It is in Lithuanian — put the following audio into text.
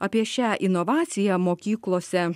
apie šią inovaciją mokyklose